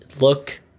look